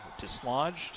Dislodged